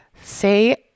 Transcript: say